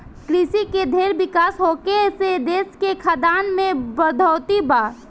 कृषि के ढेर विकास होखे से देश के खाद्यान में बढ़ोतरी बा